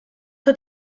hat